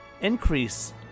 increase